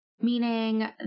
meaning